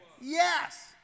Yes